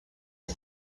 the